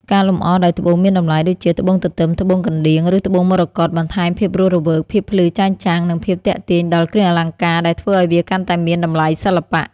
ការលម្អដោយ ត្បូងមានតម្លៃ ដូចជា ត្បូងទទឹម ត្បូងកណ្ដៀង ឬត្បូងមរកត បន្ថែមភាពរស់រវើក ភាពភ្លឺចែងចាំង និងភាពទាក់ទាញដល់គ្រឿងអលង្ការ ដែលធ្វើឱ្យវាកាន់តែមានតម្លៃសិល្បៈ។